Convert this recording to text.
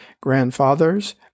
Grandfathers